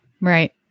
Right